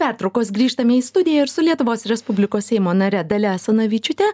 pertraukos grįžtame į studiją ir su lietuvos respublikos seimo nare dalia asanavičiūte